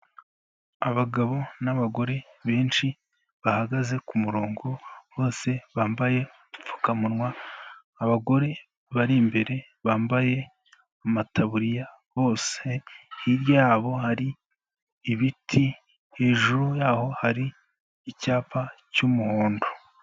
Abagabo n'abagore benshi bahagaze ku murongo, bose bambaye udupfukamunwa, abagore bari imbere bambaye amataburiya bose, hirya yabo hari ibiti, hejuru yaho hari icyapa cy'umuhondo.